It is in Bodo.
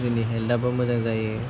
जोंनि हेल्थआबो मोजां जायो